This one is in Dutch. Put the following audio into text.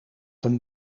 een